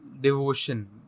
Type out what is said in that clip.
devotion